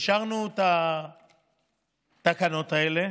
ואישרנו את התקנות האלה.